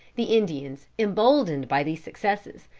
the indians, emboldened by these successes,